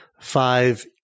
five